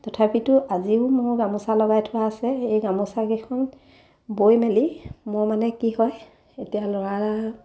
তথাপিতো আজিও মোৰ গামোচা লগাই থোৱা আছে এই গামোচা কেইখন বৈ মেলি মোৰ মানে কি হয় এতিয়া ল'ৰাৰ